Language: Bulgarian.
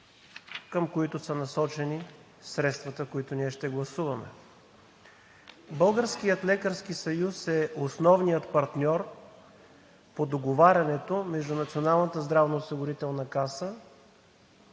към които са насочени средствата, които ние ще гласуваме. Българският лекарски съюз е основният партньор по договарянето с Националната здравноосигурителна каса